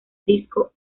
disco